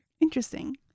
Interesting